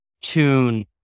tune